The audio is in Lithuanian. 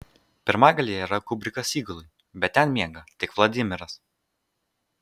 pirmagalyje yra kubrikas įgulai bet ten miega tik vladimiras